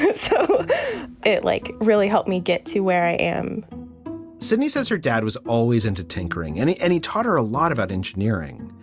it so it like, really helped me get to where i am sydney says her dad was always into tinkering any any taught her a lot about engineering,